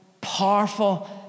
powerful